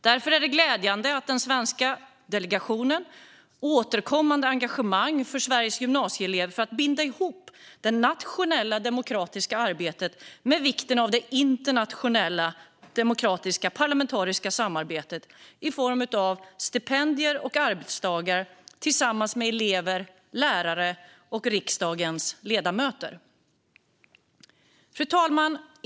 Därför är det glädjande att den svenska delegationen har återkommande engagemang för Sveriges gymnasieelever för att binda ihop det nationella demokratiska arbetet med vikten av det internationella demokratiska parlamentariska samarbetet. Det sker i form av stipendier och arbetsdagar tillsammans med elever, lärare och riksdagens ledamöter. Fru talman!